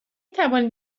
توانید